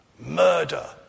Murder